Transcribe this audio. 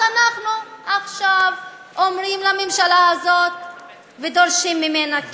אז אנחנו עכשיו אומרים לממשלה הזאת ודורשים ממנה,